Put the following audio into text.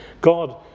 God